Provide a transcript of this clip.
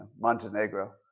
Montenegro